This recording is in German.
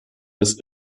ist